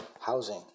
housing